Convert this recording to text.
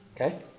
Okay